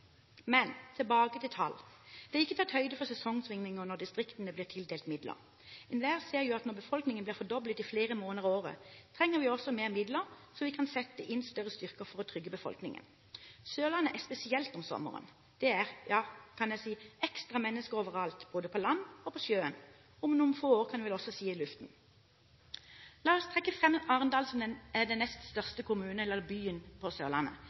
Tilbake til tall: Det er ikke tatt høyde for sesongsvingninger når distriktene blir tildelt midler. Enhver ser jo at når befolkningen blir fordoblet i flere måneder av året, trenger vi også flere midler, slik at vi kan sette inn større styrker for å trygge befolkningen. Sørlandet er spesielt om sommeren. Det er – ja, jeg kan si – ekstra mennesker overalt, både på land og på sjøen. Om noen få år kan jeg vel også si i luften. La oss trekke fram Arendal, som er den nest største kommunen og byen på Sørlandet.